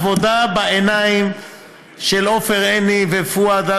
עבודה בעיניים של עופר עיני ופואד,